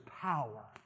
power